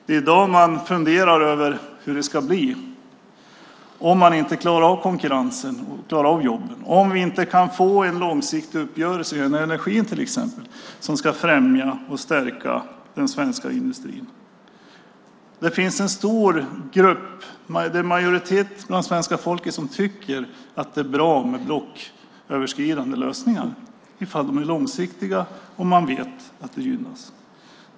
Det är i dag man funderar över hur det ska bli om man inte klarar av konkurrensen och jobben, om vi inte kan få en långsiktig uppgörelse, när det gäller energin till exempel, som ska främja och stärka den svenska industrin. Majoriteten av det svenska folket tycker att det är bra med blocköverskridande lösningar om de är långsiktiga.